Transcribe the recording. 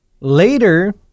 Later